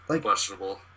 questionable